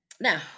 Now